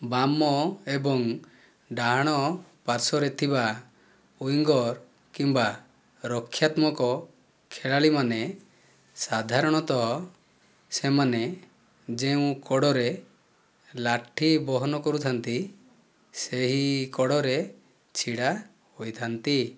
ବାମ ଏବଂ ଡାହାଣ ପାର୍ଶ୍ୱରେ ଥିବା ୱିଙ୍ଗର୍ କିମ୍ବା ରକ୍ଷାତ୍ମକ ଖେଳାଳିମାନେ ସାଧାରଣତଃ ସେମାନେ ଯେଉଁ କଡ଼ରେ ଲାଠି ବହନ କରୁଥାନ୍ତି ସେହି କଡ଼ରେ ଛିଡ଼ା ହୋଇଥାନ୍ତି